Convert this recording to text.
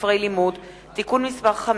שאפשר לנו לנהל את הדבר הזה בצורה